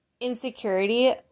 insecurity